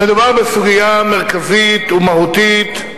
מדובר בסוגיה מרכזית ומהותית,